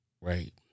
Right